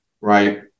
right